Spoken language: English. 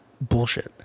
bullshit